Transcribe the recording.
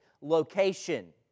location